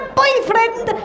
boyfriend